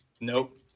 Nope